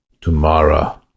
Tomorrow